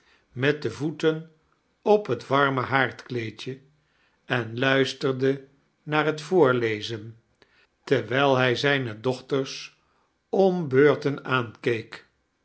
met de voeten op net warme haardkieedje en luisterde naar het voorlezen terwijl hij zijne dochters om beuxten aankeek